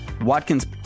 Watkins